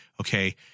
okay